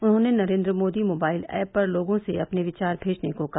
उन्होंने Narendra Modi mobile app पर लोगों से अपने विचार भेजने को कहा